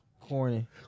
Corny